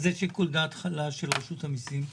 מה זה שיקול דעת חלש של רשות המיסים?